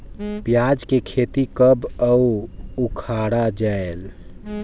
पियाज के खेती कब अउ उखाड़ा जायेल?